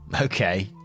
Okay